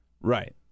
Right